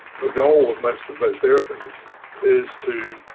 the goal of most of those therapies is to